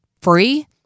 free